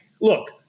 look